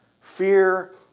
fear